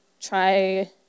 try